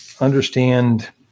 understand